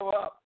up